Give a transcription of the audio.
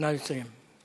נא לסיים.